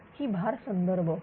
तर ही भार संदर्भ